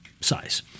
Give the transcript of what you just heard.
size